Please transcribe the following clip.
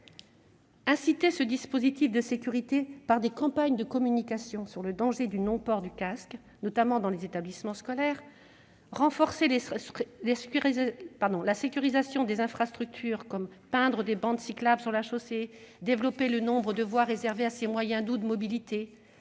à ce dispositif de sécurité par des campagnes de communication sur le danger du non-port de casque, en particulier dans les établissements scolaires ; renforcer la sécurisation des infrastructures, par exemple en peignant des bandes cyclables sur la chaussée ou en développant le nombre de voies réservées à ces moyens doux de mobilité